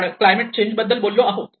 आपण climate change बद्दल बोललो आहोत